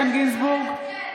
(קוראת בשמות חברי הכנסת) איתן גינזבורג,